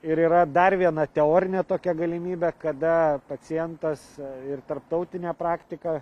ir yra dar viena teorinė tokia galimybė kada pacientas ir tarptautinė praktika